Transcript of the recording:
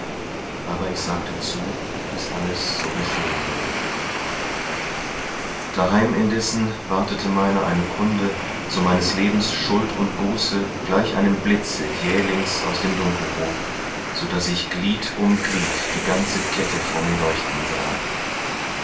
aber ich sagte zu daß alles so geschehen möge daheim indessen wartete meiner eine kunde so meines lebens schuld und buße gleich einem blitze jählings aus dem dunkel hob so daß ich glied um glied die ganze kette vor mir leuchten sahe